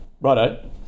Righto